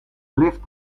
lift